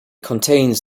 contains